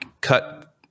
cut